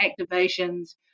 activations